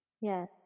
Yes